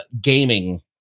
gaming